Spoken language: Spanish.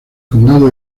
condado